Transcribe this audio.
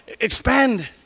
expand